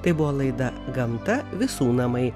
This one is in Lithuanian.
tai buvo laida gamta visų namai